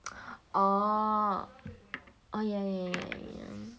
orh oh ya ya ya ya